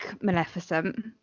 maleficent